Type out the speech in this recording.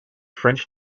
french